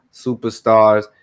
superstars